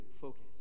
focus